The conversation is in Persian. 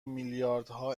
میلیاردها